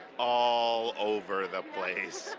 all over the place.